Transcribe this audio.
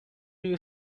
you